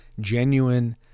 genuine